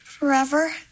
Forever